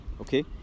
Okay